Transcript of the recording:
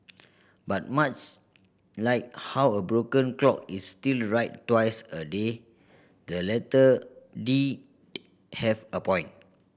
but much like how a broken clock is still right twice a day the letter did have a point